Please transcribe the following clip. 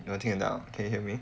有听得到 can you hear me